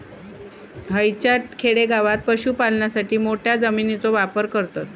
हयच्या खेडेगावात पशुपालनासाठी मोठ्या जमिनीचो वापर करतत